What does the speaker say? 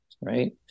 right